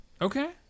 okay